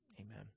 Amen